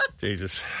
Jesus